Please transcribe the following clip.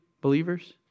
believers